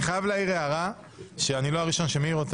אני חייב להעיר הערה שאני לא הראשון שמעיר אותה.